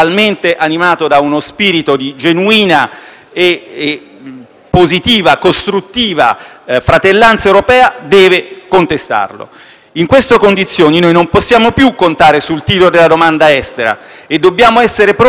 positiva e costruttiva fratellanza europea deve contestarlo. In queste condizioni, non possiamo più contare sul tiro della domanda estera, e dobbiamo essere pronti a contrastare gli effetti di *choc* finanziari che rischiano di arrivare